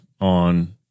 on